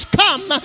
come